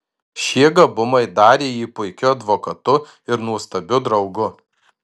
šie gabumai darė jį puikiu advokatu ir nuostabiu draugu